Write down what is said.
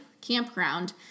campground